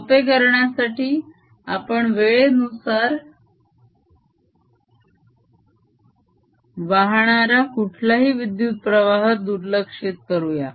सोपे करण्यासाठी आपण वेळेनुसार वाहणारा कुठलाही विद्युत प्रवाह दुर्लक्षित करूया